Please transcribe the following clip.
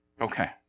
Okay